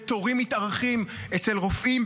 בתורים מתארכים אצל רופאים,